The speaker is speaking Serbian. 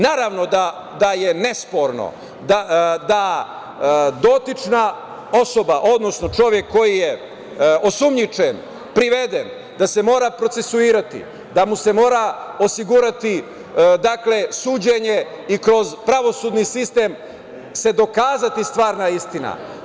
Naravno da je nesporno da dotična osoba, odnosno čovek koji je osumnjičen, priveden, da se mora procesuirati, da mu se mora osigurati suđenje i kroz pravosudni sistem se dokazati stvarna istina.